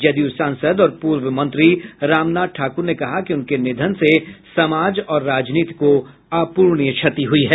जदयू सांसद और पूर्व मंत्री रामनाथ ठाकुर ने कहा कि उनके निधन से समाज और राजनीति को अपूरणीय क्षति हुई है